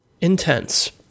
intense